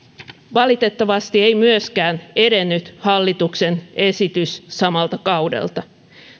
valitettavasti ei myöskään edennyt hallituksen esitys samalta kaudelta